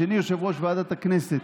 השני יושב-ראש ועדת הכנסת,